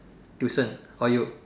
tuition or you